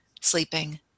sleeping